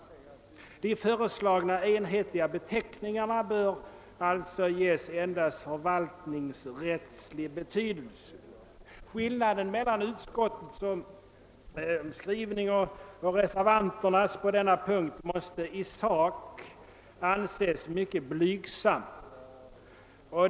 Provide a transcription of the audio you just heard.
De föreslagna enhetliga beteckningarna bör alltså ges endast förvaltningsrättslig betydelse. Skillnaden mellan utskottets skrivning och reservanternas på denna punkt måste i sak anses mycket blygsam.